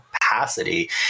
capacity